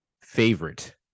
favorite